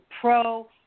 Pro